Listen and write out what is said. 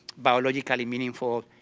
biologically meaningful